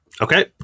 Okay